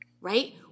Right